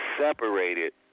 separated